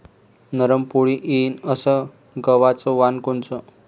नरम पोळी येईन अस गवाचं वान कोनचं?